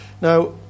Now